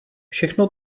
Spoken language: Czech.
všechno